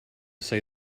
say